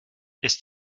ist